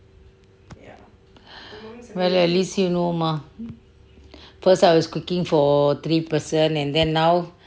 well at least you know mah first I was cooking for three person and then now